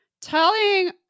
Telling